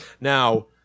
Now